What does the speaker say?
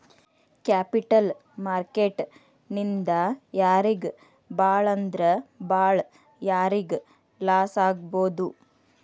Capital market ನಿಂದಾ ಯಾರಿಗ್ ಭಾಳಂದ್ರ ಭಾಳ್ ಯಾರಿಗ್ ಲಾಸಾಗ್ಬೊದು?